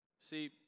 See